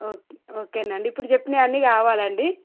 okay ఓకేనండి ఇప్పుడు చెప్పినవన్ని కావాలండి